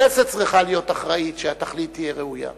הכנסת צריכה להיות אחראית שהתכלית תהיה ראויה.